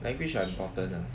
language are important ah